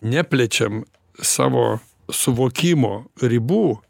neplečiam savo suvokimo ribų